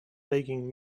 begging